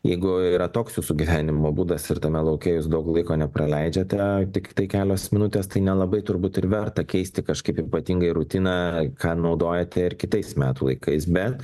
jeigu yra toks jūsų gyvenimo būdas ir tame lauke jūs daug laiko nepraleidžiate tiktai kelios minutės tai nelabai turbūt ir verta keisti kažkaip ypatingai rutiną ką naudojate ir kitais metų laikais bet